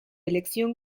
elección